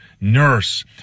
nurse